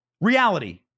Reality